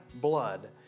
blood